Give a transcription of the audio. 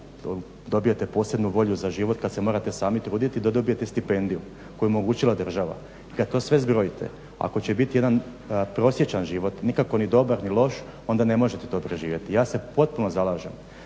dobijete posebnu volju za život kad se morate sami truditi da dobijete stipendiju koju je omogućila država. Kad sve to zbrojite, ako će biti jedan prosječan život, nikako ni dobar ni loš, onda ne možete to proživjeti. Ja se potpuno zalažem